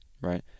Right